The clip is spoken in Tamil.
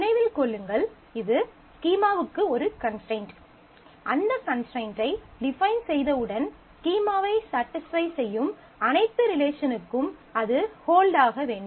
நினைவில் கொள்ளுங்கள் இது ஸ்கீமாவுக்கு ஒரு கன்ஸ்ட்ரைண்ட் அந்த கன்ஸ்ட்ரைண்ட் ஐ டிஃபைன் செய்தவுடன் ஸ்கீமாவை ஸடிஸ்ஃபை செய்யும் அனைத்து ரிலேசனுக்கும் அது ஹோல்ட் ஆக வேண்டும்